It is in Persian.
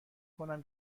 کنم